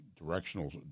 directional